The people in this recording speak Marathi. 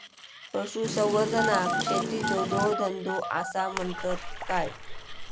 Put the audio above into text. पशुसंवर्धनाक शेतीचो जोडधंदो आसा म्हणतत काय?